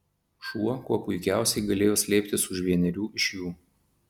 šuo kuo puikiausiai galėjo slėptis už vienerių iš jų